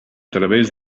través